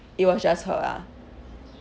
it was just her ah